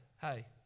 Hey